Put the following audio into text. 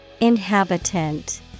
Inhabitant